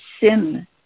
sin